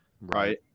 right